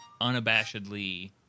unabashedly